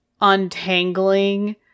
untangling